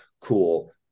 Cool